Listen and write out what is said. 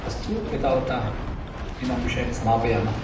अस्तु एतावता इमं विषयं समापयामः